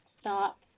stop